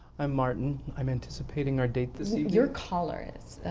i'm martin. i'm anticipating our date this evening your collar is,